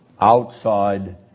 outside